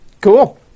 Cool